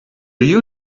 you